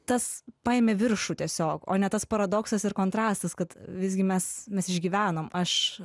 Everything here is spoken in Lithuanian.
tas paėmė viršų tiesiog o ne tas paradoksas ir kontrastas kad visgi mes mes išgyvenom aš